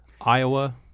Iowa